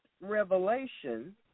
revelation